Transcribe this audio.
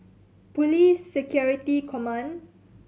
Police Security Command